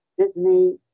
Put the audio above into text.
Disney